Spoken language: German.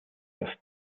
das